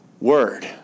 word